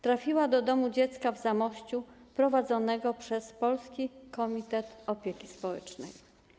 Trafiła do domu dziecka w Zamościu prowadzonego przez Polski Komitet Opieki Społecznej.